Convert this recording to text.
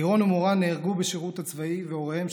לירון ומורן נהרגו בשירות הצבאי והוריהם,